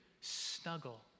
Snuggle